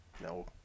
No